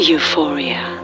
Euphoria